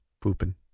pooping